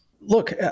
Look